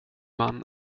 man